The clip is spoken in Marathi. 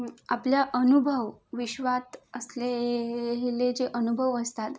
आपल्या अनुभव विश्वात असलेले जे अनुभव असतात